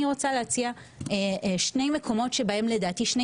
אני רוצה להציע שני מקומות שבהם לדעתי שני